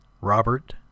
Robert